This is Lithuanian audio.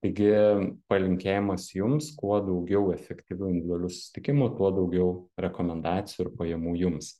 taigi palinkėjimas jums kuo daugiau efektyvių individualių susitikimų tuo daugiau rekomendacijų ir pajamų jums